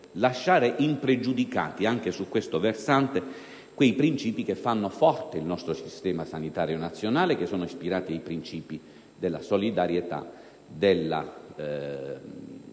lasciando impregiudicati anche su questo versante quei princìpi che fanno forte il nostro Sistema sanitario nazionale e che sono ispirati alla solidarietà, alla omogeneità